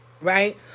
right